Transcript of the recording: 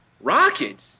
Rockets